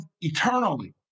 eternally